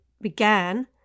began